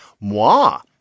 moi